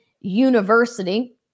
university